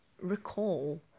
recall